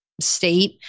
state